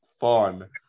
fun